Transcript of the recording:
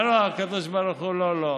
אומר לו הקדוש ברוך הוא: לא,